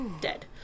Dead